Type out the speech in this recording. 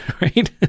Right